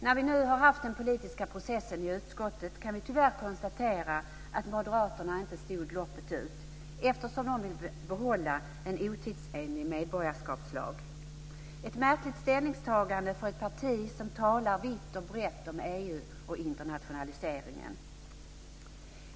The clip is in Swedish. När vi nu har haft den politiska processen i utskottet kan vi tyvärr konstatera att moderaterna inte höll loppet ut, eftersom de vill behålla en otidsenlig medborgarskapslag - ett märkligt ställningstagande för ett parti som talar vitt och brett om EU och internationaliseringen.